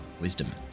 Wisdom